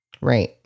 Right